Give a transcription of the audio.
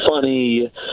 funny